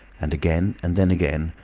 and again, and then again,